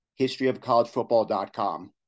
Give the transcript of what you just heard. historyofcollegefootball.com